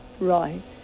Right